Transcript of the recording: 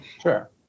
sure